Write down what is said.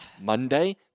Monday